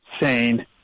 sane